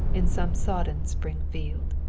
in some sodden spring field.